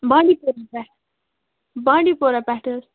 بانٛڈی پورہ پٮ۪ٹھ بانٛڈی پورہ پٮ۪ٹھ حظ